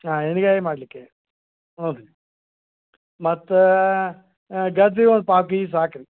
ಹಾಂ ಎಣ್ಣೆಗಾಯಿ ಮಾಡಲಿಕ್ಕೆ ಹ್ಞೂ ರೀ ಮತ್ತು ಗಜ್ಜರಿ ಒಂದು ಪಾವು ಕೆಜಿ ಸಾಕು ರೀ